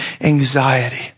anxiety